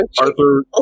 Arthur